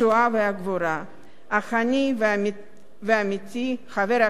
אך אני ועמיתי חבר הכנסת מיכאל בן-ארי